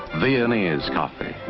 viennese coffee,